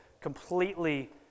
completely